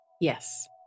Yes